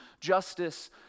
justice